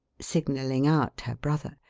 signalling out her brother.